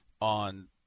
on